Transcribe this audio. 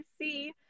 see